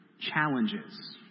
challenges